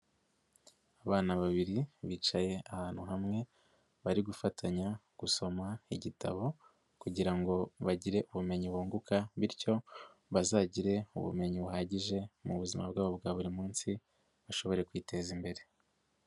Abana babiri bicaye ahantu hamwe bari gufatanya gusoma igitabo kugira ngo bagire ubumenyi bunguka, bityo bazagire ubumenyi buhagije mu buzima bwabo bwa buri munsi, bashobore kwiteza imbere.